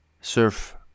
Surf